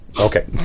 Okay